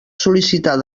sol·licitar